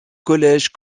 collège